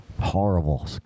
Horrible